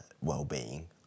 well-being